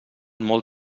molt